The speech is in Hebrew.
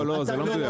לא, לא זה לא מדויק.